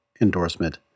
endorsement